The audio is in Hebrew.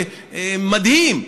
מדהים,